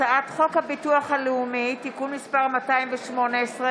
הצעת חוק הביטוח הלאומי (תיקון מס' 218,